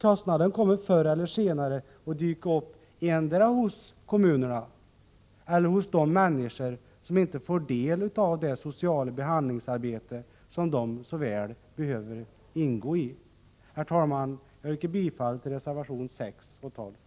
Kostnaden kommer förr eller senare att dyka upp endera hos kommunerna eller hos de människor som inte får del av det sociala behandlingsarbete som de så väl behöver ingå i. Herr talman! Jag yrkar bifall till reservationerna 6 och 12.